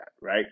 right